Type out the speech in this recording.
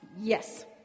yes